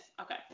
Okay